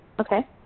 Okay